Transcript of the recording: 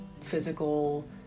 physical